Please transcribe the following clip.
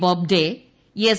Bobde S